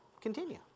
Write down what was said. continue